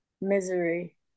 Misery